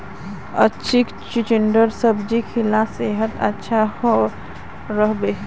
बच्चीक चिचिण्डार सब्जी खिला सेहद अच्छा रह बे